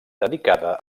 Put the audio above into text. dedicada